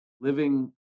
living